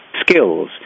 skills